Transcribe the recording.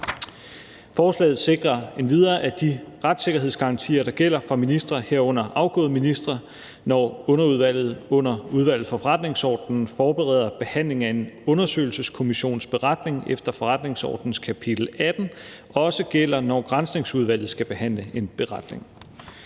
Forslaget sikrer endvidere, at de retssikkerhedsgarantier, der gælder for ministre, herunder afgåede ministre, når underudvalget under Udvalget for Forretningsordenen forbereder behandling af en undersøgelseskommissions beretning efter forretningsordenens kapitel 18, også gælder, når Granskningsudvalget skal behandle en beretning.